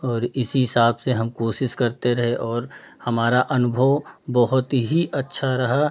और इसी हिसाब से हम कोशिश करते रहे और हमारा अनुभव बहुत ही अच्छा रहा